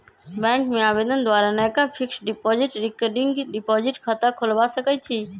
bank में आवेदन द्वारा नयका फिक्स्ड डिपॉजिट, रिकरिंग डिपॉजिट खता खोलबा सकइ छी